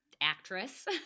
actress